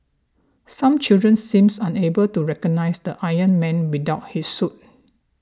some children seems unable to recognise the Iron Man without his suit